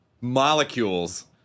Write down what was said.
molecules